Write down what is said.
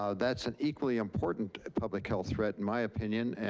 ah that's an equally important public health threat, in my opinion,